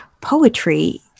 poetry